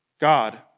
God